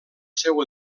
seu